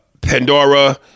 Pandora